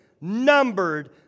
numbered